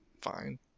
fine